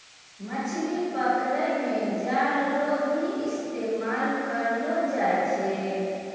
मछली पकड़ै मे जाल रो भी इस्तेमाल करलो जाय छै